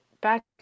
back